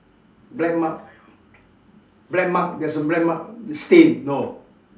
black mark black mark there is a black mark stain no